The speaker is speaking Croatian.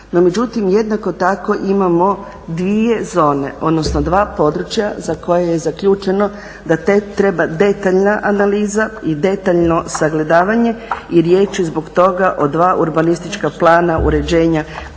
jednako tako imamo dvije zone, odnosno dva područja za koje je zaključeno da treba detaljna analiza i detaljno sagledavanje i riječ je zbog toga o dva urbanistička plana uređenja